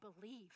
believe